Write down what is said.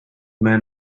man